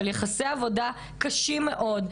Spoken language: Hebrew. של יחסי עבודה קשים מאוד.